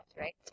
right